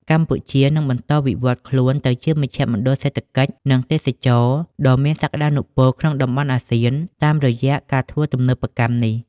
កម្ពុជានឹងបន្តវិវត្តខ្លួនទៅជាមជ្ឈមណ្ឌលសេដ្ឋកិច្ច និងទេសចរណ៍ដ៏មានសក្ដានុពលក្នុងតំបន់អាស៊ាន តាមរយៈការធ្វើទំនើបកម្មនេះ។